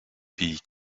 pays